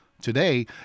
Today